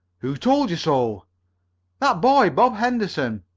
who told you so that boy, bob henderson.